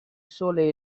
sole